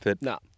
No